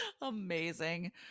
Amazing